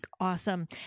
awesome